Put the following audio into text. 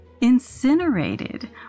incinerated